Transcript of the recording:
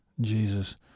Jesus